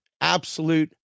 Absolute